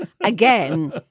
again